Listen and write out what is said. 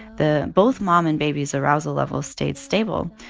the both mom and baby's arousal levels stayed stable.